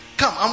come